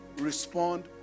respond